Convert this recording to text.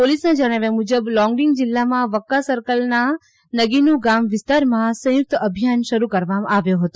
પોલીસના જણાવ્યા મૂજબ લોંગડીંગ જીલ્લામાં વક્કા સર્કલના નગીનુ ગામ વિસ્તારમાં સંયુક્ત અભિયાન શરૂ કરવામાં આવ્યો હતો